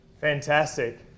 Fantastic